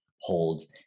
holds